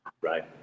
Right